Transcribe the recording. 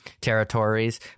territories